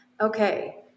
Okay